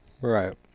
Right